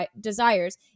desires